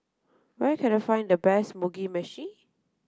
where can I find the best Mugi Meshi